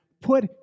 put